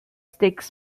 stakes